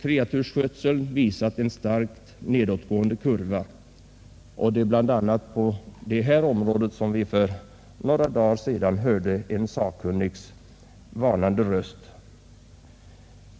Kreatursskötseln har visat en starkt nedåtgående kurva, och det är bl.a. på det här området som vi för några dagar sedan hörde en sakkunnigs varnande röst.